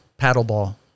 paddleball